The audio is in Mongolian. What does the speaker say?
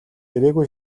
ирээгүй